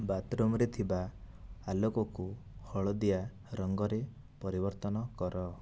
ବାଥରୁମରେ ଥିବା ଆଲୋକକୁ ହଳଦିଆ ରଙ୍ଗରେ ପରିବର୍ତ୍ତନ କର